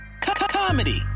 comedy